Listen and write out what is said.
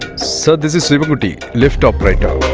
so this is shivankutty, lift operator